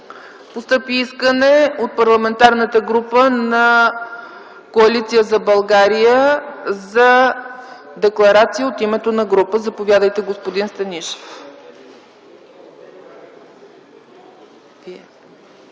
Постъпи искане от Парламентарната група на Коалиция за България за Декларация от името на група. Заповядайте, господин Станишев.